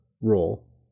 role